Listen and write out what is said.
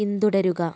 പിന്തുടരുക